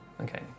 Okay